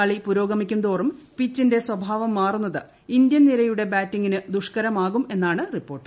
കളി പുരോഗമിക്കും തോറും പിച്ചിന്റെ സ്വഭാവം മാറുന്നത് ഇന്ത്യൻ നിരയുടെ ബാറ്റിങ്ങിന് ദുഷ്കരമാകുമെന്നാണ് റിപ്പോർട്ട്